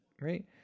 right